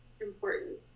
important